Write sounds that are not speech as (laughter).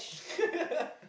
(laughs)